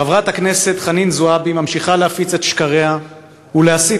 חברת הכנסת חנין זועבי ממשיכה להפיץ את שקריה ולהסית